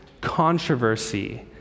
controversy